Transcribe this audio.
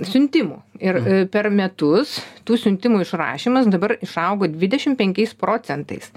siuntimų ir per metus tų siuntimų išrašymas dabar išaugo dvidešimt penkiais procentais